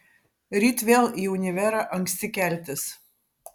ryt vėl į univerą anksti keltis